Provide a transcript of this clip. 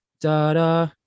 da-da